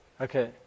Okay